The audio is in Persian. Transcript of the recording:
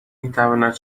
میتواند